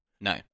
no